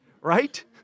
right